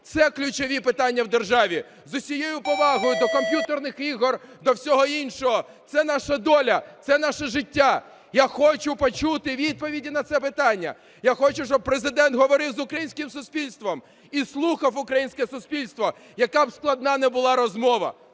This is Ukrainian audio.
це ключові питання в державі. З усією повагою до комп'ютерних ігор, до всього іншого, це наша доля, це наше життя. Я хочу почути відповіді на ці питання. Я хочу, щоб Президент говорив з українським суспільством і слухав українське суспільство, яка б складна не була розмова.